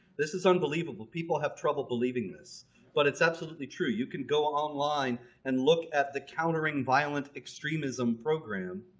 this is unbelievable. people have trouble believing this but it's absolutely true. you can go online and look at the countering violent extremism program.